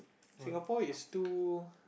Singapore is too